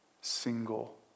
single